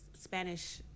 Spanish